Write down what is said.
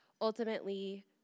ultimately